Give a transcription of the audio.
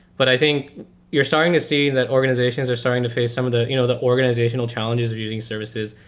but i think you're starting to see that organizations are starting to face some of the you know the organizational challenges of using services.